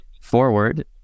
forward